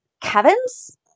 kevin's